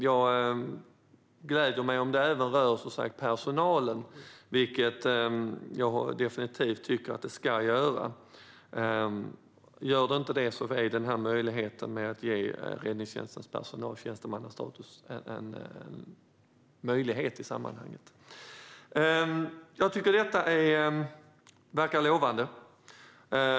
Jag gläder mig åt om det även rör personalen, vilket jag definitivt tycker att det ska göra. Gör det inte det är en möjlighet i sammanhanget att ge räddningstjänstens personal tjänstemannastatus. Jag tycker att detta verkar lovande.